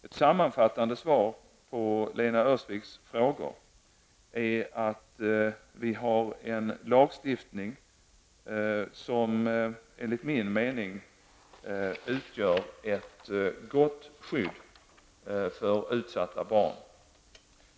Ett sammanfattande svar på Lena Öhrsviks frågor är att vi har en lagstiftning som enligt min mening utgör ett gott skydd för utsatta barn.